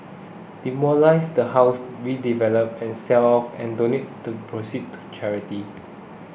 demolish the house we develop and sell off and donate the proceeds to charity